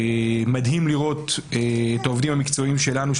מדהים לראות את העובדים המקצועיים שלנו,